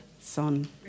Son